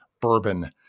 bourbon